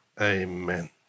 Amen